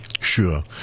sure